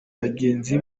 bagenzi